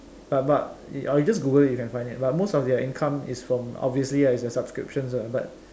but but or you just Google you can find it but most of their income is from obviously lah it's their subscriptions lah but